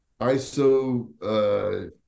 iso